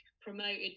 promoted